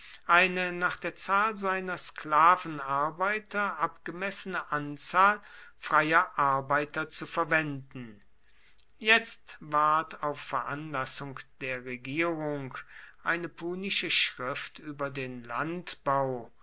eine nach der zahl seiner sklavenarbeiter abgemessene anzahl freier arbeiter zu verwenden jetzt ward auf veranlassung der regierung eine punische schrift über den landbau